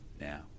now